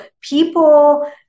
people